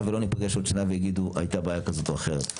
ולא ניפגש עוד שנה ויגיעו: הייתה בעיה כזו או אחרת.